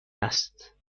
است